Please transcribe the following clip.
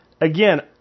again